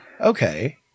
Okay